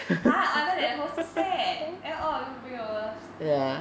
!huh! other than the host so sad then all of you bring over